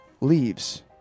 leaves